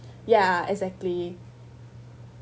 ya exactly